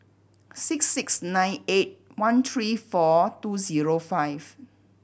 six six nine eight one three four two zero five